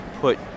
put